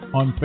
on